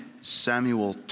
Samuel